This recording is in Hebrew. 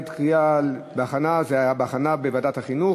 זה היה בהכנה בוועדת החינוך,